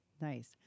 Nice